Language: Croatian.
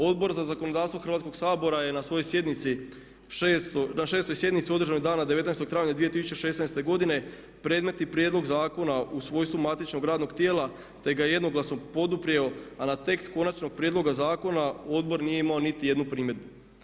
Odbor za zakonodavstvo Hrvatskog sabora je na svojoj sjednici, na 6. sjednici održanoj dana 19. travnja 2016. godine predmetni prijedlog zakona u svojstvu matičnog radnog tijela, te ga jednoglasno poduprjeo, a na tekst Konačnog prijedloga zakona Odbor nije imao niti jednu primjedbu.